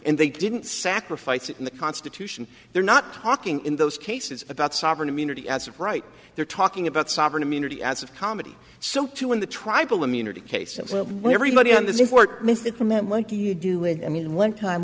and they didn't sacrifice in the constitution they're not talking in those cases about sovereign immunity as of right they're talking about sovereign immunity as of comedy so to in the tribal immunity cases where everybody on the scene for mr commit monkey you do it i mean one time